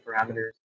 parameters